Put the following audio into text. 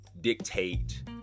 dictate